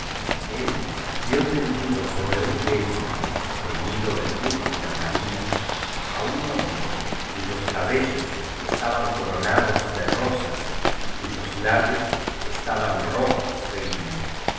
él vió tendido sobre u lecho teñido de púrpura marina á un hombre cuyos cabellos estaban coronados de rosas y cuyos labios estaban rojos de vino